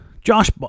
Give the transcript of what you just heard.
Josh